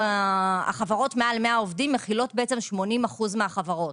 החברות מעל 100 עובדים מכילות 80% מהחברות.